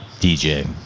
DJ